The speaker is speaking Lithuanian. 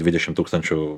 dvidešimt tūkstančių